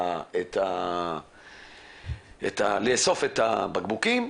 על איסוף הבקבוקים.